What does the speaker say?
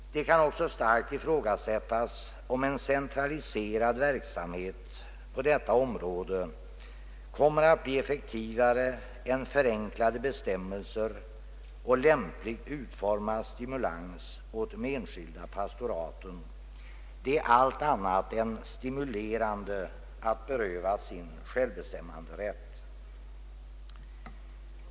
Det kan också starkt ifrågasättas, om en centraliserad verksamhet på detta område kommer att bli effektivare än förenklade bestämmelser och lämpligt utformad stimulans åt de enskilda pastoraten. Det är allt annat än stimulerande att berövas sin självbestämmanderätt.